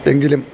എങ്കിലും